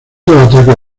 ataques